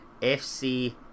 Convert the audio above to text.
fc